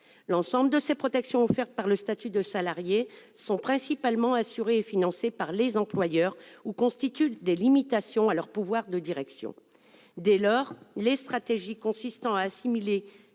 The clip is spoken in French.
leur emploi. Les protections offertes par le statut de salarié sont principalement garanties et financées par les employeurs ; d'autres constituent des limitations à leur pouvoir de direction. Dès lors, les stratégies consistant à assimiler